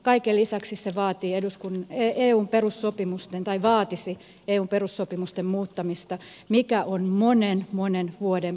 kaiken lisäksi se vaatii eduskunnan ja eun perussopimusten tai vaatisi eun perussopimusten muuttamista mikä on monen monen vuoden prosessi